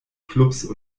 clubs